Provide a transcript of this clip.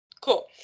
Cool